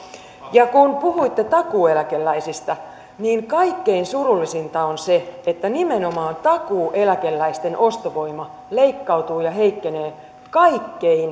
ja kun puhuitte takuueläkeläisistä niin kaikkein surullisinta on se että nimenomaan takuueläkeläisten ostovoima leikkautuu ja heikkenee kaikkein